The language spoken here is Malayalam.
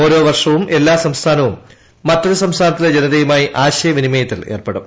ഓരോ വർഷവും എല്ലാ സംസ്ഥാനവും മറ്റൊരു സംസ്ഥാനത്തിലെ ജനതയുമായി ആശയ വിനിമയത്തിൽ ഏർപ്പെടും